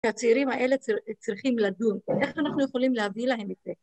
שהצעירים האלה צריכים לדון, איך אנחנו יכולים להביא להם את זה?